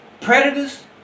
predators